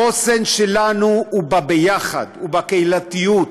החוסן שלנו הוא בַּיחד, הוא בקהילתיות.